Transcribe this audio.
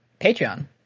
Patreon